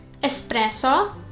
Espresso